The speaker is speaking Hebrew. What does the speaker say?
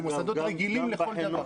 אלו מוסדות רגילים לכל דבר.